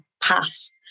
past